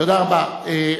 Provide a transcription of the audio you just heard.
תודה רבה.